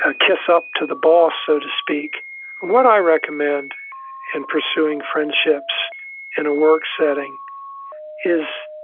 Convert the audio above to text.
ah kiss up to the boss, so to speak what i recommend in pursuing friendships in a work setting is,